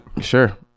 sure